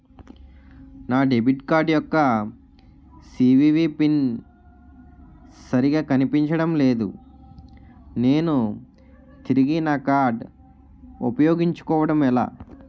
నా debit card యెక్క CVV PIN సరిగా కనిపించడం లేదు నేను తిరిగి నా కార్డ్ఉ పయోగించుకోవడం ఎలా?